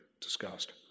discussed